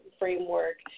framework